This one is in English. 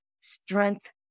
strength